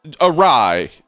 awry